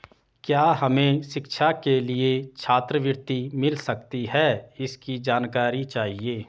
क्या हमें शिक्षा के लिए छात्रवृत्ति मिल सकती है इसकी जानकारी चाहिए?